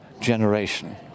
generation